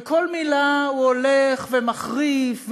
ובכל מילה הוא הולך ומחריף ומאיים.